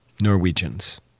Norwegians